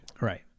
Right